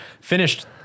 finished